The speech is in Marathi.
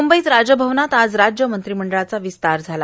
मुंबईत राजभवनात आज राज्य मंत्रिमंडळाचा विस्तार झाला